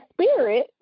spirit